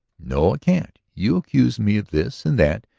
no, i can't. you accuse me of this and that,